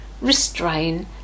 restrain